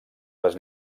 les